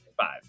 Five